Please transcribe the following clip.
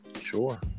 Sure